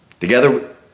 together